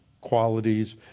qualities